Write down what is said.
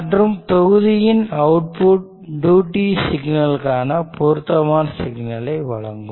மற்றும் தொகுதியின் output duty சிக்னலுக்காக பொருத்தமான சிக்னலை வழங்கும்